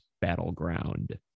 Battleground